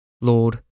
Lord